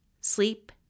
sleep